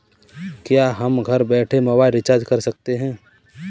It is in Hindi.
क्या हम घर बैठे मोबाइल रिचार्ज कर सकते हैं?